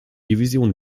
division